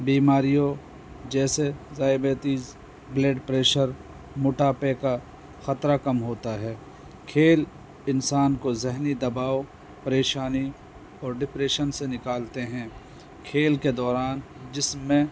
بیماریوں جیسے diabetes blood pressure موٹاپے کا خطرہ کم ہوتا ہے کھیل انسان کو ذہنی دباؤ پریشانی اور ڈپریشن سے نکالتے ہیں کھیل کے دوران جس میں